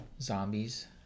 zombies